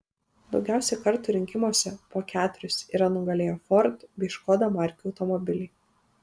daugiausiai kartų rinkimuose po keturis yra nugalėję ford bei škoda markių automobiliai